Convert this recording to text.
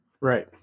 Right